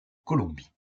colombie